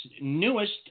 newest